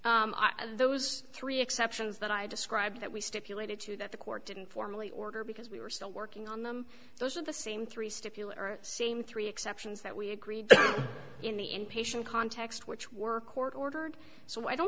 of those three exceptions that i described that we stipulated to that the court didn't formally order because we were still working on them those are the same three stipulate same three exceptions that we agreed to in the inpatient context which were court ordered so i don't